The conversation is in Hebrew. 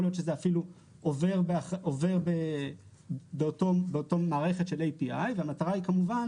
להיות גם כן שזה אפילו עובר באותה המערכת של api והמטרה היא כמובן,